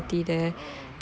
oh